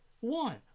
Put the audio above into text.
One